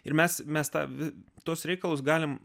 ir mes mes tą avi tuos reikalus galime